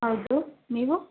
ಹೌದು ನೀವು